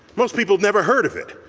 most people never heard of it.